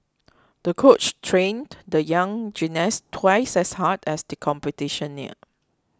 the coach trained the young gymnast twice as hard as the competition neared